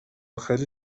خیلی